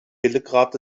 belgrad